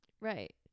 Right